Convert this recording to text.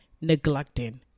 neglecting